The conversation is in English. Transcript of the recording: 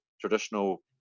traditional